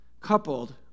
coupled